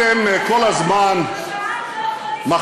אתם כל הזמן מחמיצים,